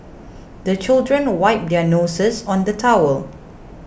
the children wipe their noses on the towel